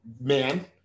man